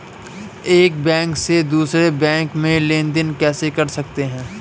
एक बैंक से दूसरे बैंक में लेनदेन कैसे कर सकते हैं?